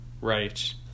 Right